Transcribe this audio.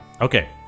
Okay